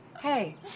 Hey